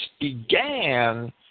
began